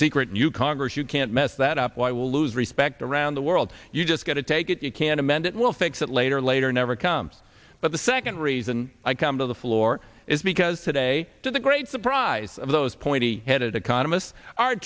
secret new congress you can't mess that up why will lose respect around the world you just got to take it you can't amend it we'll fix that later later never comes but the second reason i come to the floor is because today to the great surprise of those pointy headed economists our